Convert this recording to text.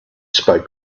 spoke